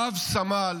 רב-סמל